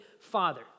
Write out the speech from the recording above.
Father